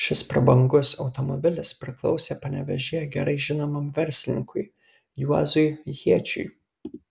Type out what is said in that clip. šis prabangus automobilis priklausė panevėžyje gerai žinomam verslininkui juozui jėčiui